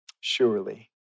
surely